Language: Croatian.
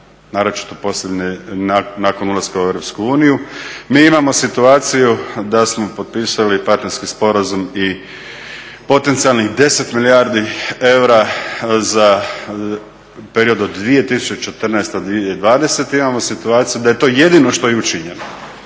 naročito nakon ulaska u EU. Mi imamo situaciju da smo potpisali partnerski sporazum i potencijalnih 10 milijardi eura za period od 2014.-2020.imamo situaciju da je to jedino što je učinjeno,